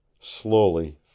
Slowly